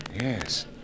Yes